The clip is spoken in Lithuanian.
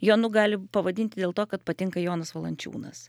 jonu gali pavadinti dėl to kad patinka jonas valančiūnas